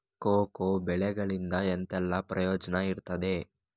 Cocoa ಬೆಳೆಗಳಿಂದ ಎಂತೆಲ್ಲ ಪ್ರಯೋಜನ ಇರ್ತದೆ?